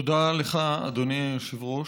תודה לך, אדוני היושב-ראש.